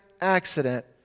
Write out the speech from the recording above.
accident